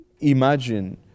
Imagine